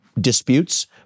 disputes